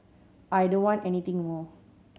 I don't want anything more